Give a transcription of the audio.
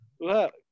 Look